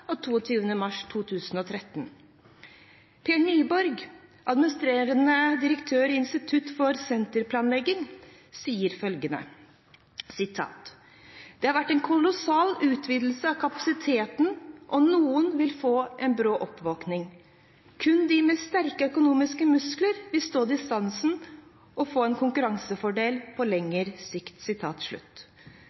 av 22. mars 2013. Per Nyborg, adm. direktør i Institut for Center-Planlægning, sier at det har vært en kolossal utvidelse av kapasiteten, at noen vil få en brå oppvåkning, og at kun de med sterke økonomiske muskler vil stå distansen og få en konkurransefordel på lengre sikt.